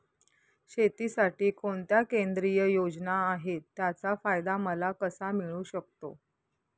शेतीसाठी कोणत्या केंद्रिय योजना आहेत, त्याचा फायदा मला कसा मिळू शकतो?